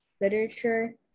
literature